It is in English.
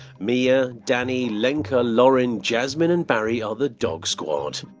mia, danny, lenka, lauren, jasmine and barry are the dog squad.